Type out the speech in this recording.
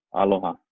aloha